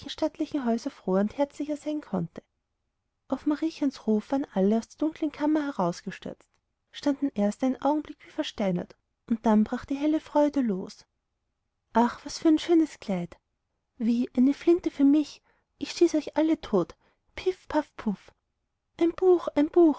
stattlichen häuser froher und herzlicher sein konnte auf mariechens ruf waren alle aus der dunklen kammer herausgestürzt standen erst einen augenblick wie versteinert und dann brach die helle freude los ach was für ein schönes kleid wie eine flinte für mich ich schieße euch alle tot piff paff puff ein buch ein buch